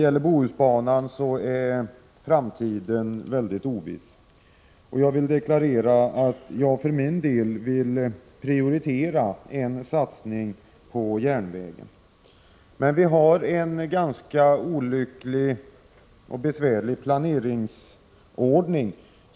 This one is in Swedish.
För Bohusbanan däremot är framtiden oviss. Själv vill jag prioritera en satsning på järnvägen. I Bohuslän har vi emellertid en ganska olycklig och besvärlig planeringsordning.